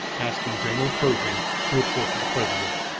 asking general pershing to report to the president.